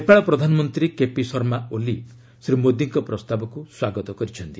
ନେପାଳ ପ୍ରଧାନମନ୍ତ୍ରୀ କେପି ଶର୍ମା ଓଲି ଶ୍ରୀ ମୋଦୀଙ୍କ ପ୍ରସ୍ତାବକ୍ର ସ୍ୱାଗତ କରିଛନ୍ତି